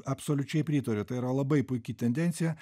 absoliučiai pritariu tai yra labai puiki tendencija